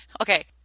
Okay